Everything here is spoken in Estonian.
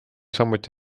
samuti